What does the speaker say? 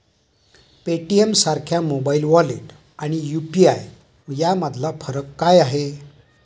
पेटीएमसारख्या mobile wallet आणि UPI यामधला फरक काय आहे?